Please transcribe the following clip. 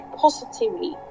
positively